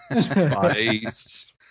Spice